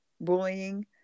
bullying